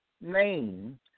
name